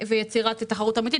שבירת מונופול ויצירת תחרות אמיתית